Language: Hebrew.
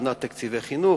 הקטנת תקציבי חינוך,